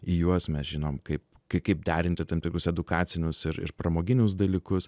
į juos mes žinom kaip kai kaip derinti tam tikrus edukacinius ir ir pramoginius dalykus